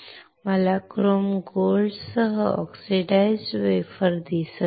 मला क्रोम गोल्डसह oxidised wafer दिसत आहे